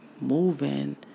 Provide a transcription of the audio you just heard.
moving